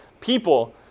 people